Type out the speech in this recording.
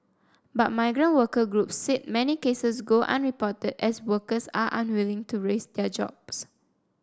but migrant worker group said many cases go unreported as workers are unwilling to risk their jobs